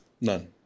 None